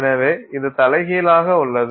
எனவே இது தலைகீழலாக உள்ளது